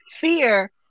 fear